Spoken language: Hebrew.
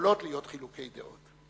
ויכולים להיות חילוקי דעות.